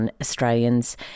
Australians